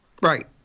Right